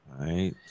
Right